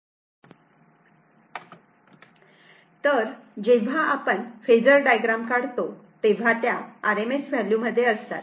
तर जेव्हा आपण फेजर डायग्राम काढतो तेव्हा त्या RMS व्हॅल्यू मध्ये असतात